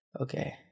okay